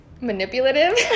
manipulative